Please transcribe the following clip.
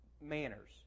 manners